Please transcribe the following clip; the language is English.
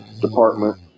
department